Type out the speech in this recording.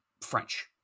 French